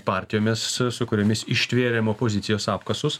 partijomis su kuriomis ištvėrėm opozicijos apkasus